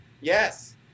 Yes